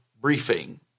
briefing